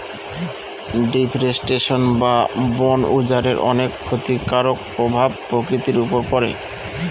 deforestation বা বন উজাড়ের অনেক ক্ষতিকারক প্রভাব প্রকৃতির উপর পড়ে